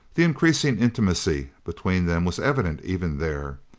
the increasing intimacy between them was evident even there.